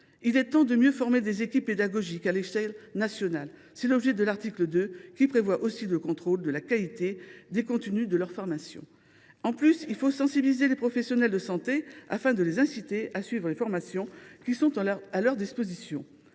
aussi temps de mieux former des équipes pédagogiques à l’échelle nationale. C’est l’objet de l’article 2, qui prévoit également le contrôle de la qualité des contenus de leurs formations. En outre, il faut sensibiliser les professionnels de santé, afin de les inciter à suivre les formations qui sont à leur disposition.